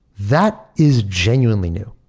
that is genuinely new.